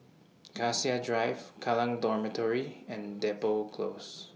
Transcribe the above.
Cassia Drive Kallang Dormitory and Depot Close